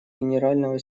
генерального